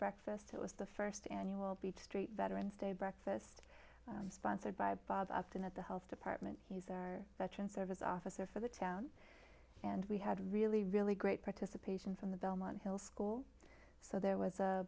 breakfast it was the first annual beach street veterans day breakfast sponsored by bob upton at the health department he's our veteran service officer for the town and we had really really great participation from the belmont hill school so there was a